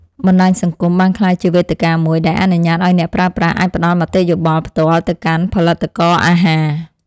បណ្តាញសង្គមបានក្លាយជាវេទិកាមួយដែលអនុញ្ញាតឱ្យអ្នកប្រើប្រាស់អាចផ្តល់មតិយោបល់ផ្ទាល់ទៅកាន់ផលិតករអាហារ។